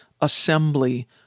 assembly